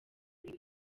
bibi